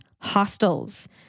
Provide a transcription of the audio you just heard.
hostels